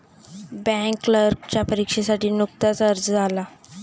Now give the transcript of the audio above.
bank क्लर्कच्या परीक्षेसाठी नुकताच अर्ज आला